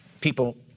People